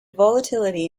volatility